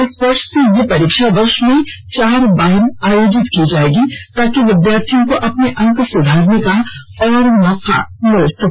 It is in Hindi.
इस वर्ष से यह परीक्षा वर्ष में चार बार आयोजित की जायेगी ताकि विद्यार्थियों को अपने अंक सुधारने का और मौका मिल सके